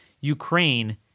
Ukraine